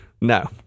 no